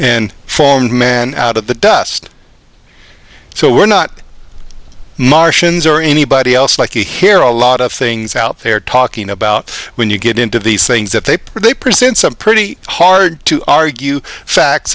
and formed man out of the dust so we're not martians or anybody else like here a lot of things out there talking about when you get into these things that they are they present some pretty hard to argue facts